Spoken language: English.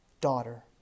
daughter